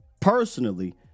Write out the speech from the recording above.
Personally